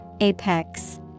Apex